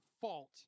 fault